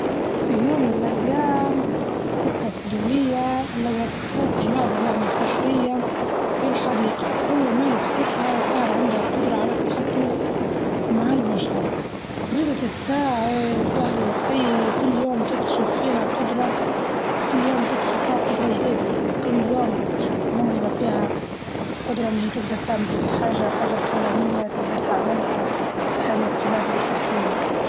وفي يوم من الأيام قطة فضولية لقت قلادة يعني سحرية في الحديقة، وأول ما لبستها صار عندها قدرة على التحدس مع البشر، بدت تساعد في أهل الحي وكل يوم تكتشف فيها قدرة كل يوم تكتشف فيها قدرة جديدة يعني، كل يوم تكتشف موهبة فيها قدرة إنها هي تقدر تعمل حاجة الحاجة الفلانية تقدر تعملها بهذه القلادة السحرية.